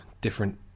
different